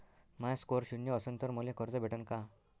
माया score शून्य असन तर मले कर्ज भेटन का?